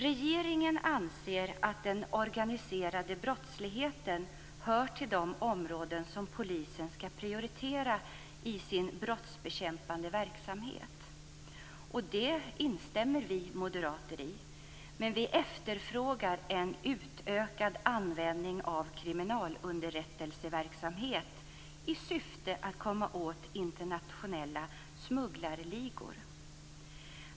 Regeringen anser att den organiserade brottsligheten hör till de områden som polisen skall prioritera i sin brottsbekämpande verksamhet. Det instämmer vi moderater i, men vi efterfrågar en utökad användning av kriminalunderrättelseverksamhet i syfte att komma åt internationella smugglarligor.